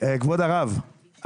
כבוד הרב,